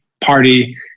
party